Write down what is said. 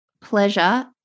pleasure